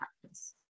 practice